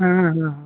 हाँ हाँ हाँ